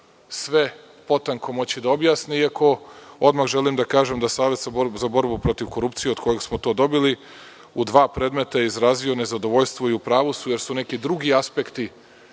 sve potanko moći da objasne, iako odmah želim da kažem da Savet za borbu protiv korupcije od kojih smo to dobili, u dva predmeta je izrazio nezadovoljstvo i u pravu su, jer su neki drugi aspekti